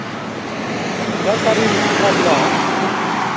हाँ इधर का भी मिला जुला है